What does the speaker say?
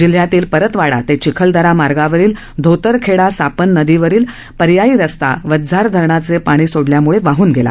जिल्ह्यातील परतवाडा ते चिखलदरा मार्गावरील धोतरखेडा सापन नदीवरील पर्यायी रस्ता वझ्झार धरणाचे पाणी सोडल्याने वाहन गेला